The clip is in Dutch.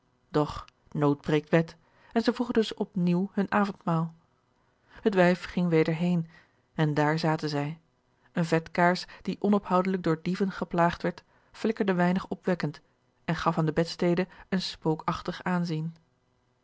doch nood breekt wet en zij vroegen dus op nieuw hun avondmaal het wijf ging weder heen en daar zaten zij eene vetkaars die onophoudelijk door dieven geplaagd werd flikkerde weinig opwekke d en gaf aan de bedstede een spookachtig aanzien